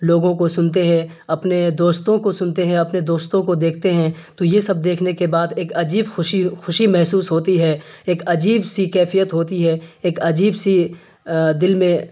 لوگوں کو سنتے ہیں اپنے دوستوں کو سنتے ہیں اپنے دوستوں کو دیکھتے ہیں تو یہ سب دیکھنے کے بعد ایک عجیب خوشی خوشی محسوس ہوتی ہے ایک عجیب سی کیفیت ہوتی ہے ایک عجیب سی دل میں